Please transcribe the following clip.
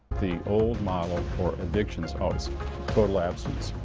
the old model for addiction was always total abstinence.